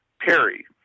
Perry